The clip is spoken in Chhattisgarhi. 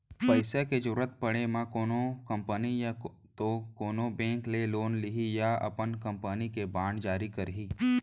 पइसा के जरुरत पड़े म कोनो कंपनी या तो कोनो बेंक ले लोन लिही या अपन कंपनी के बांड जारी करही